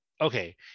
okay